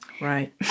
Right